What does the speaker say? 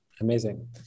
Amazing